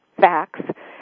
facts